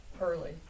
early